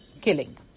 killing